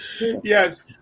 Yes